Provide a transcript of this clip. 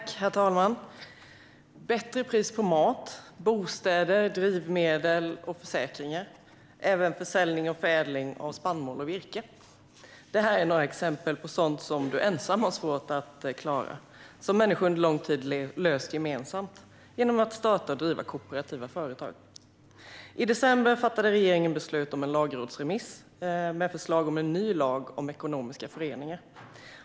Herr talman! Bättre pris på mat, bostäder, drivmedel och försäkringar och även försäljning och förädling av spannmål och virke - detta är några exempel på sådant som man ensam har svårt att klara. Det är sådant som människor under lång tid har löst gemensamt genom att starta och driva kooperativa företag. I december fattade regeringen beslut om en lagrådsremiss med förslag om en ny lag om ekonomiska föreningar.